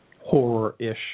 horror-ish